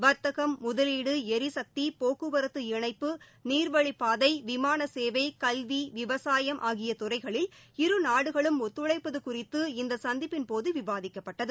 வா்த்தகம் முதலீடு ளிசக்தி போக்குவத்து இணைப்பு நீர்வழிப்பாதை விமானசேவை கல்வி விவசாயிம் ஆகிய துறைகளில் இரு நாடுகளும் ஒத்துழைப்பது குறித்து இந்த சந்திப்பின்போது விவாதிக்கப்பட்டது